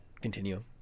Continue